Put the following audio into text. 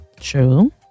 true